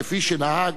כפי שנהג